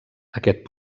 aquest